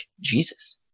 Jesus